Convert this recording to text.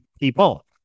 people